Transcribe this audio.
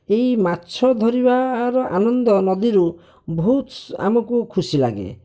ଏହି ମାଛ ଧରିବାର ଆନନ୍ଦ ନଦୀରୁ ବହୁତ ଆମକୁ ଖୁସି ଲାଗେ